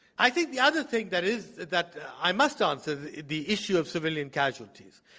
i think the other thing that is that i must answer, the issue of civilian casualties.